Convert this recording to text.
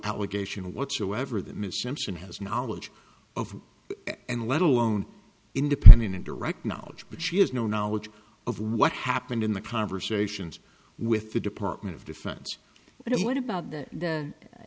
allegation whatsoever that ms simpson has knowledge of and let alone independent and direct knowledge but she has no knowledge of what happened in the conversations with the department of defense but what about the